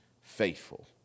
faithful